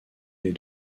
des